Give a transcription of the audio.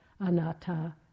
anatta